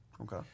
Okay